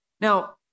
Now